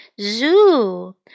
Zoo